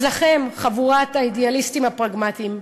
אז לכם, חבורת האידיאליסטים הפרגמטיים,